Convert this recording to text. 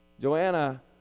Joanna